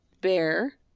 bear